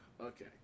Okay